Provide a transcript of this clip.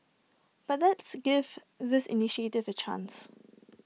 but let's give this initiative A chance